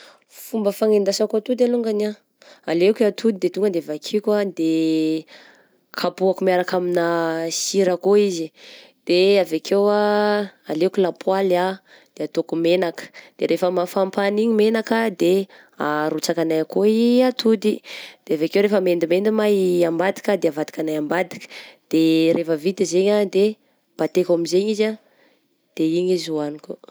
Fomba fanendasako atody alongany ah, alaiko i atody de tonga de vakiko ah, de kapohako miaraka amigna sira koa izy, de avy akeo ah alaiko lapoaly ah de ataoko menaka, de rehefa mafampagna iny menaka de arotsaka anay akoa i atody, de avy akeo rehefa mendimendy ma i ambadika de avadikanay ambadika, de rehefa vita zegna de bateko amizay izy ah, de iny izy hohaniko.